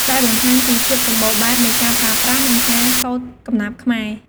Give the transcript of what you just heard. ដែលបង្ហាញពីភាពសម្បូរបែបនៃការប្រើប្រាស់ និងការសូត្រកំណាព្យខ្មែរ។